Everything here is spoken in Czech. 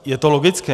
Je to logické.